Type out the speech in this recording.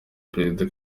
perezida